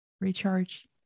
recharge